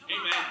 amen